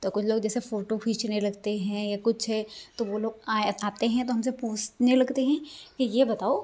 तो कुछ लोग जैसे फ़ोटो खींचने लगते हैं या कुछ है तो वो लोग आए आते हैं तो हमसे पूछने लगते हैं कि ये बताओ